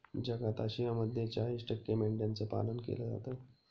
जगात आशियामध्ये चाळीस टक्के मेंढ्यांचं पालन केलं जातं